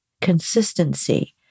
consistency